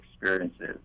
experiences